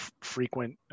frequent